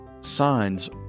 signs